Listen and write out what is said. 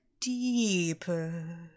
deeper